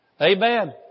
Amen